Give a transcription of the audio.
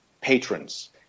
patrons